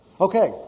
Okay